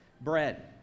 bread